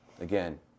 again